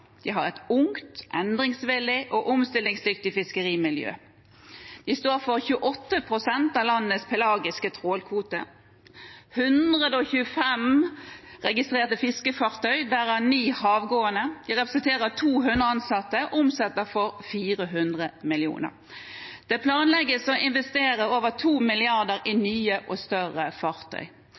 De har et ungt, endringsvillig og omstillingsdyktig fiskerimiljø. De står for 28 pst. av landets pelagiske trålkvote, de har 125 registrerte fiskefartøy, derav ni havgående, de representerer 200 ansatte og omsetter for 400 mill. kr. Det planlegges å investere over 2 mrd. kr i nye og større fartøy.